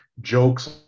jokes